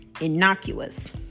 innocuous